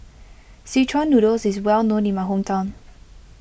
Szechuan Noodle is well known in my hometown